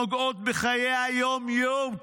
נוגעות בחיי היום-יום,